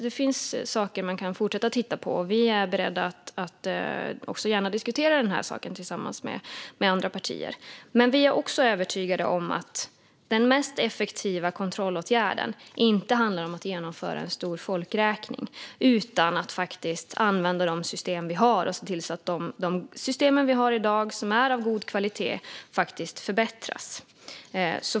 Det finns saker som man kan fortsätta att titta på, och vi är beredda att diskutera detta tillsammans med andra partier. Vi är övertygade om att den mest effektiva kontrollåtgärden inte handlar om att genomföra en stor folkräkning utan om att faktiskt använda de system som vi har i dag och som är av god kvalitet och se till att de förbättras.